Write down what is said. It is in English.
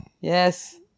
Yes